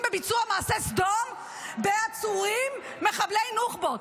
בביצוע מעשי סדום בעצורים מחבלי נוח'בות.